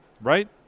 right